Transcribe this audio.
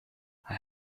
hij